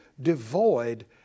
devoid